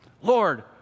Lord